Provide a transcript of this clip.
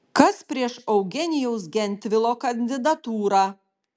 kas prieš eugenijaus gentvilo kandidatūrą